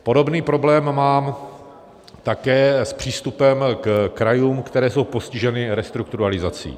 Podobný problém mám také s přístupem ke krajům, které jsou postiženy restrukturalizací.